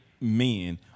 men